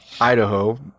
Idaho